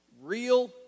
Real